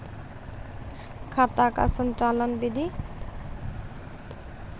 खाता का संचालन बिधि?